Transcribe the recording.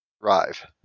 drive